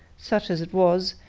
such as it was,